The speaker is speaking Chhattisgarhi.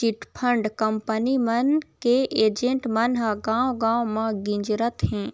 चिटफंड कंपनी मन के एजेंट मन ह गाँव गाँव म गिंजरत हें